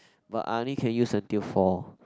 but I only can use until four